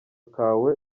kawe